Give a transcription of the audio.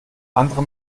andere